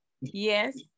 Yes